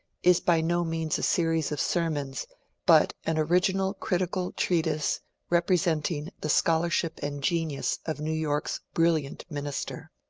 is by no means a series of sermons but an original critical treatise representing the scholarship and genius of new york's brilliant minister.